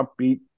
upbeat